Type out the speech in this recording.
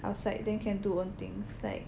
outside then can do own things like